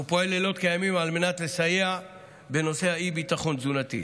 ופועל לילות כימים על מנת לסייע בנושא האי-ביטחון התזונתי.